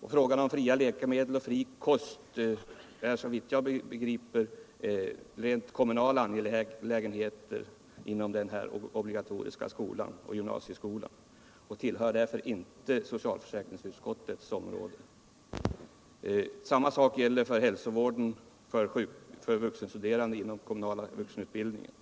Även frågan om fria läkemedel och fri kost är såvitt jag begriper rent kommunala angelägenheter inom den obligatoriska skolan och gymnasieskolan och tillhör därför inte socialförsäkringsutskottets område. Detsamma gäller för hälsovården för vuxenstuderande inom den kommunala vuxenutbildningen.